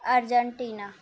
Argentina